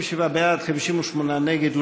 57 בעד, 58 נגד.